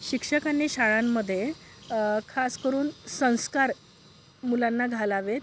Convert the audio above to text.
शिक्षकांनी शाळांमध्ये खास करून संस्कार मुलांना घालावेत